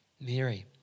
Mary